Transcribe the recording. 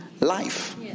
life